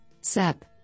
SEP